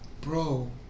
bro